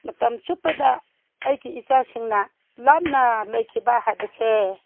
ꯃꯇꯝ ꯆꯨꯞꯄꯗ ꯑꯩꯒꯤ ꯏꯆꯥꯁꯤꯡꯅ ꯂꯥꯞꯅ ꯂꯩꯈꯤꯕ ꯍꯥꯏꯕꯁꯦ